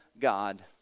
God